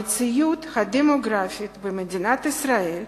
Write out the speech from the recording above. המציאות הדמוגרפית במדינת ישראל,